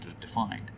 defined